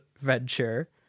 venture